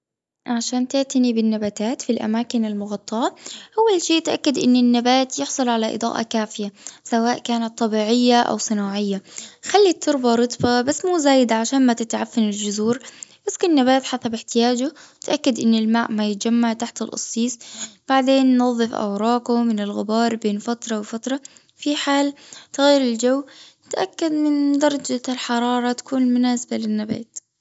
عشان تعتني بالنباتات في الأماكن المغطاة أول شي تأكد أن النبات يحصل على إضاءة كافية. سواء كانت طبيعية أو صناعية. خلي التربة رطبة بس مو زايدة عشان ما تتعبش من الجذور. يمكن نبات حسب احتياجه. نتأكد أن الماء ما يتجمع تحت القصيص. بعدين ننظفه من الغبار بين فترة وفترة في حال طاح الجو نتأكد من درجة الحرارة تكون مناسبة للنبات.